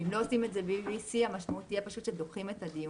אם לא עושים את זה ב-VC המשמעות תהיה שדוחים את הדיונים,